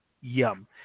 Yum